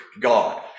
God